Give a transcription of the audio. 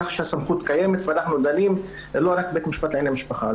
כך שהסמכות קיימת ואנחנו דנים לא רק בבית משפט לענייני משפחה.